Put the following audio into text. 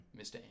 Mr